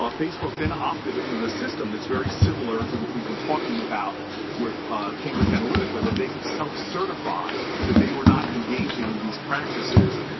um facebook then opted system that's very similar to what we've been talking about with cambridge analytica that they could sell certified that they were not engaging in these practices